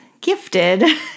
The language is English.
gifted